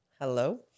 Hello